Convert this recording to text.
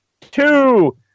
two